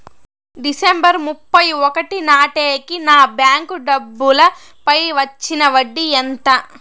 December ముప్పై ఒకటి నాటేకి నా బ్యాంకు డబ్బుల పై వచ్చిన వడ్డీ ఎంత?